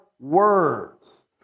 words